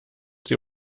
sie